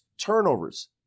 turnovers